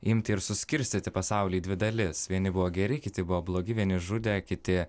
imti ir suskirstyti pasaulį į dvi dalis vieni buvo geri kiti buvo blogi vieni žudė kiti